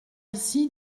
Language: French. ici